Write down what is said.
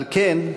על כן,